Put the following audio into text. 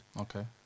Okay